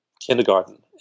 kindergarten